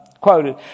Quoted